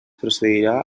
procedirà